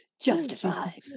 Justified